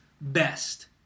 best